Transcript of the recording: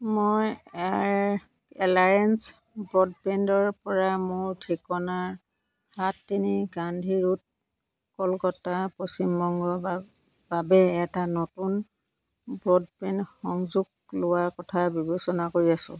মই air alliance ব্ৰডবেণ্ডৰ পৰা মোৰ ঠিকনাৰ সাত তিনি গান্ধী ৰোড কলকাতা পশ্চিমবংগৰ বাব বাবে এটা নতুন ব্ৰডবেণ্ড সংযোগ লোৱাৰ কথা বিবেচনা কৰি আছোঁ